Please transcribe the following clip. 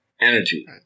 energy